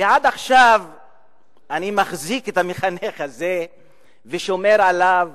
ועד עכשיו אני מחזיק את המחנך הזה ושומר עליו